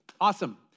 awesome